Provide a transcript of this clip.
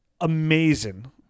Amazing